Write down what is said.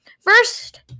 first